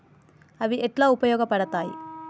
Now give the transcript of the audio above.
అవి ఎట్లా ఉపయోగ పడతాయి?